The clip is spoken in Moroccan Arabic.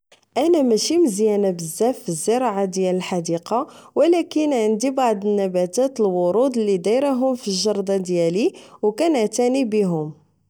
أنا ماشي مزيانة بزاف فالزراعة ديال الحديقة ولكن عندي بعض النباتات الورود لي ديرهوم فجردة ديالي أو كنعتاني بيهوم